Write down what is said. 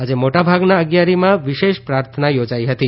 આજે મોટા ભાગના અગિયારીમાં વિશેષ પ્રાર્થના યોજાઇ હતી